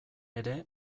ere